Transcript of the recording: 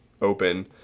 open